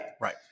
Right